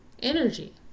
energy